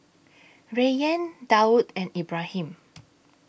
Rayyan Daud and Ibrahim